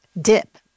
DIP